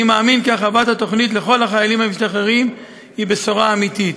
אני מאמין כי הרחבת התוכנית לכל החיילים המשתחררים היא בשורה אמיתית.